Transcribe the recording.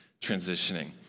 transitioning